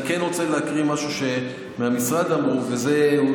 אני כן רוצה להקריא משהו שאמרו במשרד,